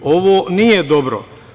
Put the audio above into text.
Ovo nije dobro.